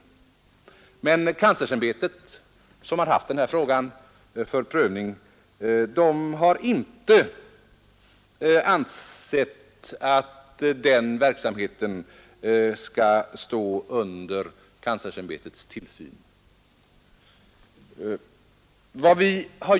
Men kanslersämbetet, som har haft den här frågan för prövning, har inte ansett att den verksamheten skall stå under kanslersämbetets tillsyn.